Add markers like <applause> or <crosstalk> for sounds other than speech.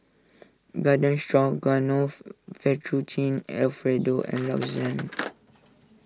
Garden Stroganoff Fettuccine Alfredo and <noise> Lasagne